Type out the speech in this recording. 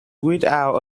without